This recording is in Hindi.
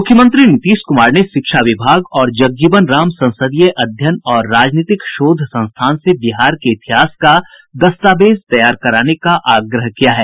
मुख्यमंत्री नीतीश कुमार ने शिक्षा विभाग और जगजीवन राम संसदीय अध्ययन और राजनीतिक शोध संस्थान से बिहार के इतिहास का दस्तावेज तैयार कराने का आग्रह किया है